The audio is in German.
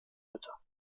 mütter